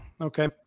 okay